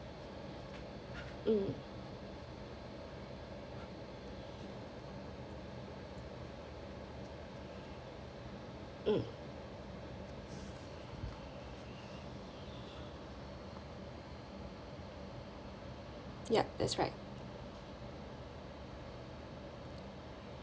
mm mm ya that's right